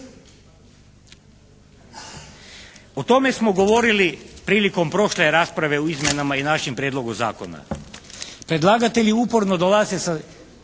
O tome smo govorili prilikom prošle rasprave o izmjenama i našem prijedlogu zakona. Predlagatelji uporno dolaze sa